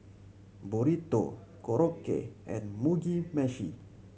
Burrito Korokke and Mugi Meshi